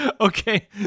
Okay